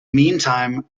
meantime